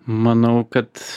manau kad